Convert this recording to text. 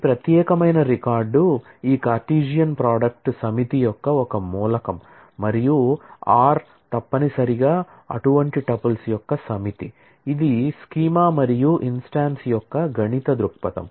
ఈ ప్రత్యేకమైన రికార్డ్ ఈ కార్టెసియన్ ప్రోడక్ట్ యొక్క గణిత దృక్పథం